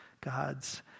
God's